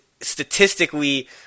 statistically